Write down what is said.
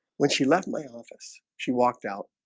when she left my office she walked out